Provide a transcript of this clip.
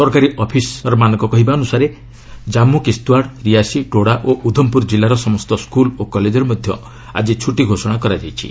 ସରକାରୀ ଅଫିସରମାନଙ୍କ କହିବା ଅନୁସାରେ ଜାମ୍ମୁ କିସ୍ତୱାଡ଼ା ରିଆସି ଡୋଡ଼ା ଓ ଉଦ୍ଧମପୁର ଜିଲ୍ଲାର ସମସ୍ତ ସ୍କୁଲ୍ ଓ କଲେଜରେ ମଧ୍ୟ ଆଜି ଛୁଟି ଘୋଷଣା କରାଯାଇଛି